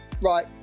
right